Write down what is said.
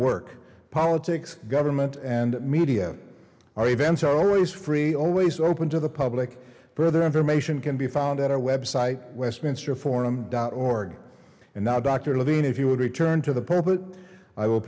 work politics government and media our events are always free always open to the public further information can be found at our website westminster forum dot org and now dr levine if you would return to the purple i will